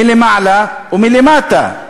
מלמעלה ומלמטה.